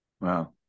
Wow